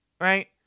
right